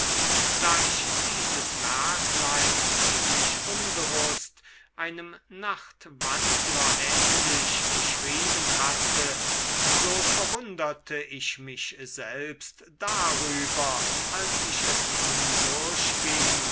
da ich dieses werklein ziemlich unbewußt einem nachtwandler ähnlich geschrieben hatte so verwunderte ich mich selbst darüber als ich es nun